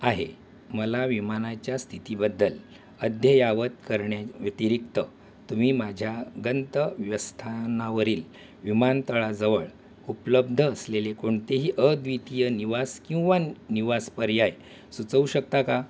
आहे मला विमानाच्या स्थितीबद्दल अद्ययावत करण्याव्यतिरिक्त तुम्ही माझ्या गंतव्यस्थानावरील विमानतळाजवळ उपलब्ध असलेले कोणतेही अद्वितीय निवास किंवा न् निवास पर्याय सुचवू शकता का